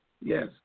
yes